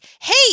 Hey